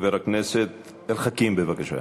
חבר הכנסת אל חכים, בבקשה.